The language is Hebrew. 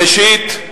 ראשית,